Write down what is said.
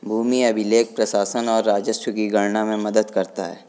भूमि अभिलेख प्रशासन और राजस्व की गणना में मदद करता है